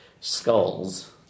Skulls